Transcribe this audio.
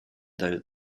though